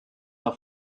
auf